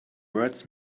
words